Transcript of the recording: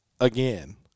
again